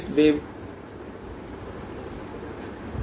a1 क्या है